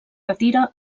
retira